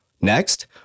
Next